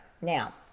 Now